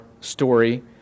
story